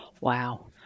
Wow